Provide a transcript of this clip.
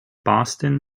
boston